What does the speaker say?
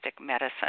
Medicine